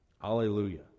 Hallelujah